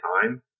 time